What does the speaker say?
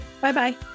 Bye-bye